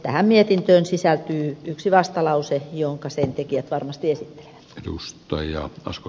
tähän mietintöön sisältyy yksi vastalause jonka sen tekijät varmasti esittelevät